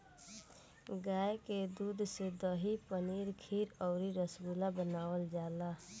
गाय के दूध से दही, पनीर खीर अउरी रसगुल्ला बनावल जाला